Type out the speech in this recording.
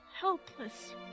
helpless